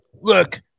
Look